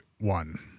one